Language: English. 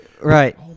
Right